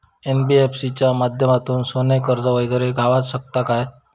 NBFC च्या माध्यमातून सोने कर्ज वगैरे गावात शकता काय?